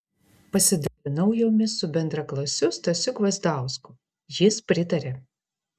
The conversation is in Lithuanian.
pasidalinau jomis su bendraklasiu stasiu gvazdausku jis pritarė